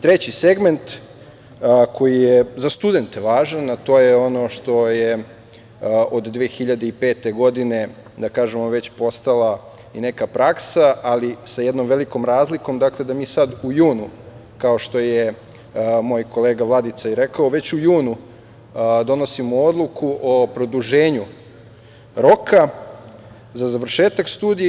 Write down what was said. Treći segment koji je za studente važan, a to je ono što je od 2005. godine, da kažemo, već postala i neka praksa, ali sa jednom velikom razlikom da mi sada u junu, kao što je moj kolega Vladica i rekao, već u junu donosimo odluku o produženju roka za završetak studija.